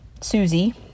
Susie